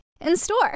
in-store